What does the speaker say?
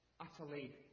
utterly